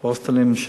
בהוסטלים.